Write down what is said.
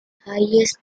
highest